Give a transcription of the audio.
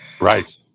Right